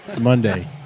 Monday